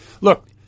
look